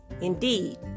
Indeed